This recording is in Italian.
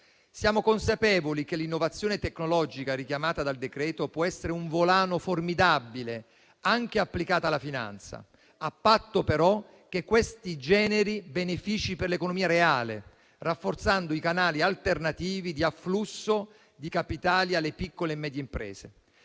Siamo consapevoli che l'innovazione tecnologica richiamata dal decreto possa essere un volano formidabile anche applicata alla finanza, a patto però che questa generi benefici per l'economia reale, rafforzando i canali alternativi di afflusso di capitali alle piccole e medie imprese.